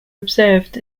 observed